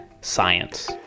science